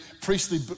priestly